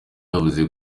yavuze